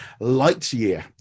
Lightyear